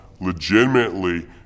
legitimately